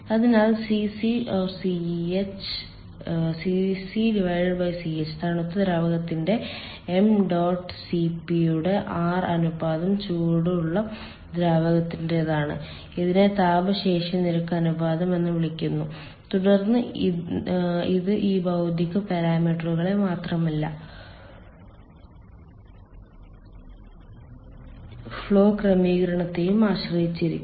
അതിനാൽ CcCh തണുത്ത ദ്രാവകത്തിന്റെ m ഡോട്ട് Cp യുടെ R അനുപാതം ചൂടുള്ള ദ്രാവകത്തിന്റേതാണ് ഇതിനെ താപ ശേഷി നിരക്ക് അനുപാതം എന്ന് വിളിക്കുന്നു തുടർന്ന് ഇത് ഈ ഭൌതിക പാരാമീറ്ററുകളെ മാത്രമല്ല ഫ്ലോ ക്രമീകരണത്തെയും ആശ്രയിച്ചിരിക്കും